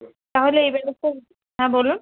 তাহলে এই ব্যবস্থা হ্যাঁ বলুন